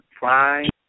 fine